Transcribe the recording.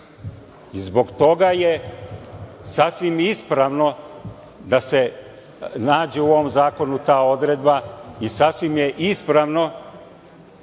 zbog toga je sasvim ispravno da se nađe u ovom zakonu ta odredba i sasvim je ispravno